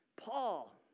Paul